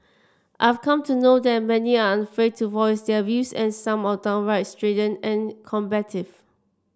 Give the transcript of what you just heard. I've come to know that many are unafraid to voice their views and some are downright strident and combative